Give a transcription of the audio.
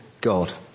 God